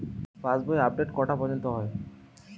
পাশ বই আপডেট কটা পর্যন্ত হয়?